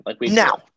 Now